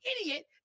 idiot